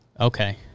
Okay